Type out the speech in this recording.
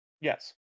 Yes